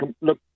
Look